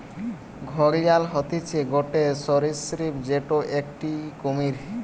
ঘড়িয়াল হতিছে গটে সরীসৃপ যেটো একটি কুমির